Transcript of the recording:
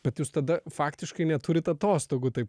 bet jūs tada faktiškai neturit atostogų taip